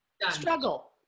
Struggle